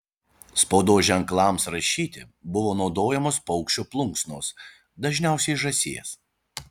spaudos ženklams rašyti buvo naudojamos paukščio plunksnos dažniausiai žąsies